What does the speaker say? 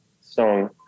song